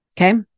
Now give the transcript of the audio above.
Okay